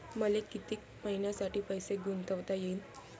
मले कितीक मईन्यासाठी पैसे गुंतवता येईन?